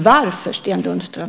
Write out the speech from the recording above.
Varför, Sten Lundström?